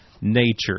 nature